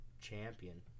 champion